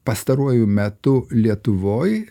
pastaruoju metu lietuvoj